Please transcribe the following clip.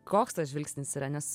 koks tas žvilgsnis yra nes